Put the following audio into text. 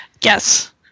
Yes